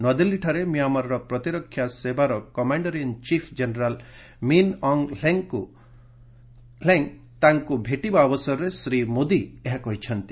ନୂଆଦିଲ୍ଲୀଠାରେ ମିଆଁମାର ପ୍ରତିରକ୍ଷା ସେବାର commander in chief general Min Aung Hlaing ତାଙ୍କୁ ଭେଟିବା ଅବସରରେ ଶ୍ରୀ ମୋଦି ଏହା କହିଛନ୍ତି